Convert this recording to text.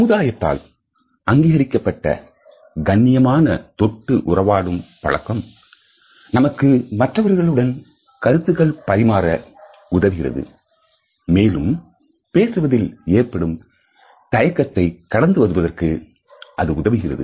சமுதாயத்தால் அங்கீகரிக்கப்பட்ட கண்ணியமான தொட்டு உறவாடும் பழக்கம் நமக்கு மற்றவர்களுடன் கருத்துக்கள் பரிமாற உதவுகின்றது மேலும் பேசுவதில் ஏற்படும் தயக்கத்தை கடந்து வருவதற்கு அது உதவுகிறது